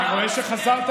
אני רואה שחזרת.